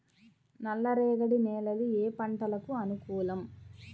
నల్లరేగడి నేలలు ఏ పంటలకు అనుకూలం?